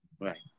Right